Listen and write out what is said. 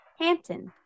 Hampton